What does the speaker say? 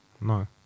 No